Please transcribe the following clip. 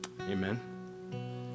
Amen